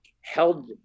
held